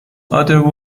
other